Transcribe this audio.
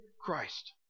Christ